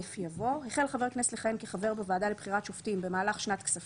"" "(ה)חבר הכנסת המכהן כנציג הכנסת בוועדה לבחירת שופטים שלפי סעיף